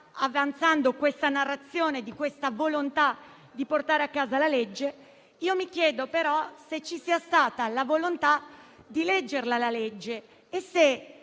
avanzando la narrazione di una volontà di portare a casa la legge. Mi chiedo, però, se ci sia stata la volontà di leggere il testo e se